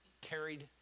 carried